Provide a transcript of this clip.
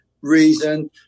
Reason